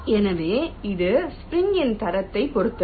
எனவே இது ஸ்ப்ரிங் ன் தரத்தைப் பொறுத்தது